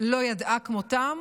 לא ידעה כמותם.